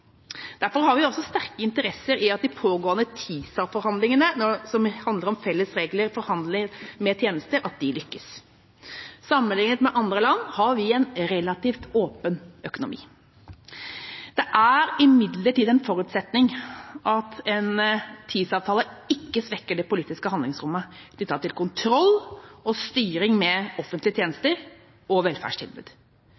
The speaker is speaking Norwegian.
Derfor har vi også sterke interesser i at de pågående TISA-forhandlingene, som handler om felles regler for handel med tjenester, lykkes. Sammenlignet med andre land har vi en relativt åpen økonomi. Det er imidlertid en forutsetning at en TISA-avtale ikke svekker det politiske handlingsrommet knyttet til kontroll og styring med offentlige tjenester og velferdstilbud.